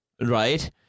right